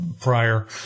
prior